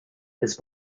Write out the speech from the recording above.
his